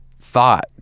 thought